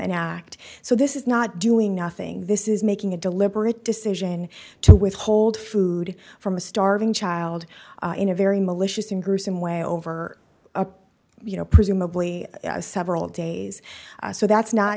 an act so this is not doing nothing this is making a deliberate decision to withhold food from a starving child in a very malicious and gruesome way over a you know presumably several days so that's not